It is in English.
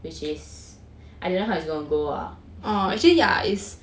which is I don't know how is gonna go lah